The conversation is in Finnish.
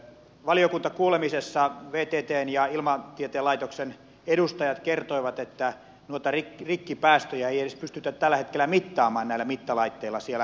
valiokuntakuulemisessa vttn ja ilmatieteen laitoksen edustajat kertoivat että noita rikkipäästöjä ei tällä hetkellä pystytä edes mittaamaan näillä mittalaitteilla siellä merialueilla